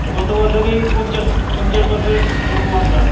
এই গত বছরেই পঞ্চাশ পঞ্চাশ বছরে পড়ব আমরা